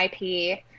IP